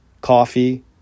coffee